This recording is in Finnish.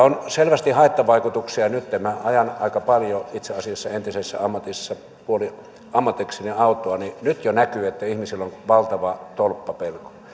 on selvästi haittavaikutuksia nyt minä ajan aika paljon itse asiassa entisessä ammatissa ajoin puoliammatikseni autoa jo näkyy että ihmisillä on valtava tolppapelko